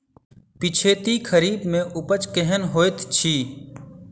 पिछैती खरीफ मे उपज केहन होइत अछि?